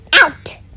Out